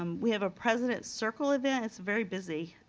um we have a president circle event, it's very busy.